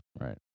Right